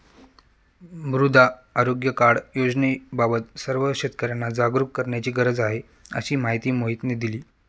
मृदा आरोग्य कार्ड योजनेबाबत सर्व शेतकर्यांना जागरूक करण्याची गरज आहे, अशी माहिती मोहितने दिली